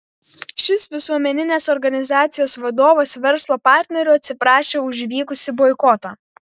šis visuomeninės organizacijos vadovas verslo partnerių atsiprašė už įvykusį boikotą